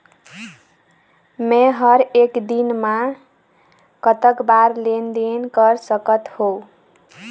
मे हर एक दिन मे कतक बार लेन देन कर सकत हों?